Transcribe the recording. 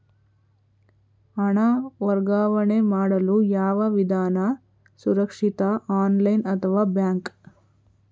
ಹಣ ವರ್ಗಾವಣೆ ಮಾಡಲು ಯಾವ ವಿಧಾನ ಸುರಕ್ಷಿತ ಆನ್ಲೈನ್ ಅಥವಾ ಬ್ಯಾಂಕ್?